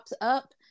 up